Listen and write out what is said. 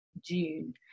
June